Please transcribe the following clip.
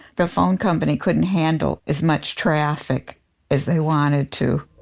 the phone company couldn't handle as much traffic as they wanted to